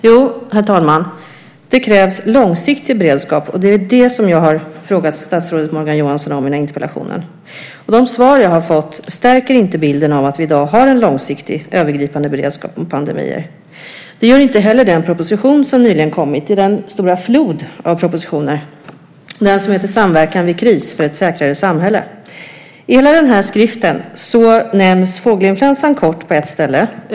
Jo, herr talman, det krävs långsiktig beredskap, och det är det som jag har frågat statsrådet Morgan Johansson om i den här interpellationen. De svar jag har fått stärker inte bilden av att vi i dag har en långsiktig övergripande beredskap mot pandemier. Det gör inte heller den proposition som nyligen kom i den stora flod av propositioner och som heter Samverkan vid kris för ett säkrare samhälle . I hela den här skriften nämns fågelinfluensan kort på ett ställe.